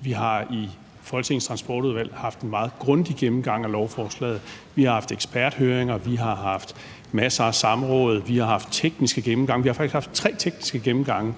vi har i Folketingets Transportudvalg haft en meget grundig gennemgang af lovforslaget. Vi har haft eksperthøringer, vi har haft masser af samråd, vi har haft tekniske gennemgange. Vi har faktisk haft tre tekniske gennemgange,